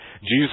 Jesus